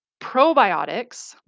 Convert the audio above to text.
Probiotics